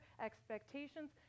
expectations